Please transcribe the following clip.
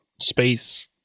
space